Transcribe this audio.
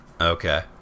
Okay